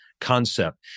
concept